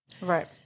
Right